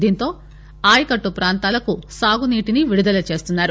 దీంతో ఆయకట్టు ప్రాంతాలకు సాగునీటిని విడుదల చేస్తున్నారు